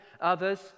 others